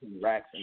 racks